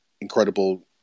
incredible